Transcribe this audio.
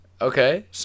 Okay